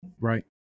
Right